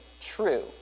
true